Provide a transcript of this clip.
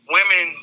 Women